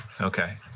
okay